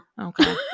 Okay